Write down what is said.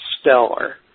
stellar